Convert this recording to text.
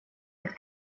mit